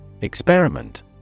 Experiment